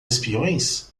espiões